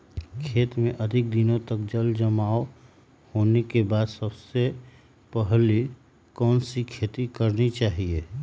खेत में अधिक दिनों तक जल जमाओ होने के बाद सबसे पहली कौन सी खेती करनी चाहिए?